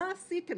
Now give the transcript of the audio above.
מה עשיתם?